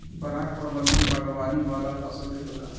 पराग प्रबंधन बागवानी वाला फसल के होला